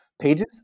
pages